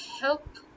help